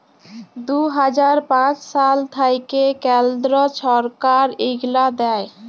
দু হাজার পাঁচ সাল থ্যাইকে কেলদ্র ছরকার ইগলা দেয়